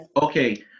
Okay